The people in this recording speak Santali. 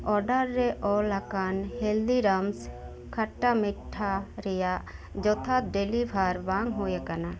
ᱚᱰᱟᱨ ᱨᱮ ᱚᱞ ᱟᱠᱟᱱ ᱦᱚᱞᱫᱤᱨᱟᱢᱥ ᱠᱷᱟᱴᱴᱟ ᱢᱤᱴᱴᱷᱟ ᱨᱮᱭᱟᱜ ᱡᱚᱛᱷᱟᱛ ᱰᱮᱞᱤᱵᱷᱟᱨ ᱵᱟᱝ ᱦᱩᱭ ᱟᱠᱟᱱᱟ